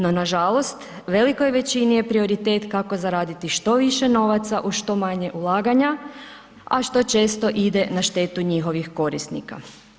No, nažalost velikoj većini je prioritet kako zaraditi što više novaca uz što manje ulaganja, a što često ide na štetu njihovih korisnika.